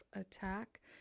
attack